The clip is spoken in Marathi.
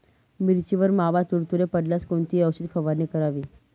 मिरचीवर मावा, तुडतुडे पडल्यास कोणती औषध फवारणी करावी?